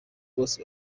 bose